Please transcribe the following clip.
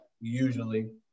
usually